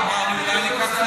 "מובילאיי" אמרתי: אולי אני, טוב.